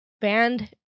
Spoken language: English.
band